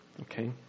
Okay